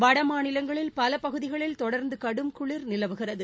வட மாநிலங்களில் பகுதிகளில் தொடர்ந்து கடும் குளிர் நிலவுகிறது